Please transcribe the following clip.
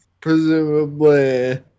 presumably